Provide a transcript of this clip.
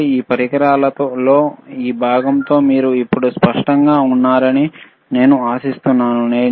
కాబట్టి ఈ పరికరంలో ఈ భాగాలతో మీరు ఇప్పుడు స్పష్టంగా ఉన్నారని నేను ఆశిస్తున్నాను